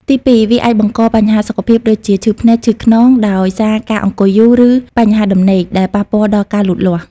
ទីពីរ វាអាចបង្ក បញ្ហាសុខភាព ដូចជា ឈឺភ្នែក ឈឺខ្នង ដោយសារការអង្គុយយូរ ឬបញ្ហាដំណេកដែលប៉ះពាល់ដល់ការលូតលាស់។